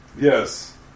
Yes